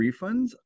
refunds